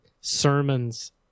sermons